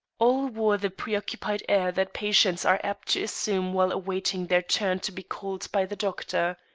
all wore the preoccupied air that patients are apt to assume while awaiting their turn to be called by the doctor.